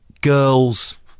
girls